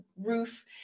roof